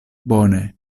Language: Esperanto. bone